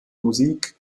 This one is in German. musik